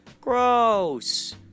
Gross